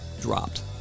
dropped